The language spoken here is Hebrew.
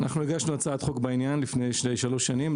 אנחנו הגשנו הצעת חוק בעניין לפני שלוש שנים,